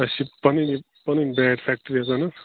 اَسہِ پنٕنۍ بیٹ پنٕنۍ بیٹ فٮ۪کٹری حظ اَہن حظ